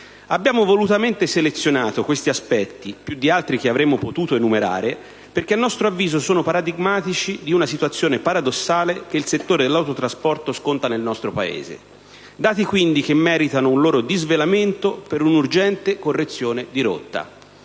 Abbiamo volutamente selezionato questi aspetti, più di altri che avremmo potuto enumerare, perché a nostro avviso sono paradigmatici di una situazione paradossale che il settore dell'autotrasporto sconta nel nostro Paese. Si tratta di dati che meritano pertanto un loro disvelamento, per un'urgente correzione di rotta.